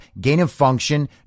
gain-of-function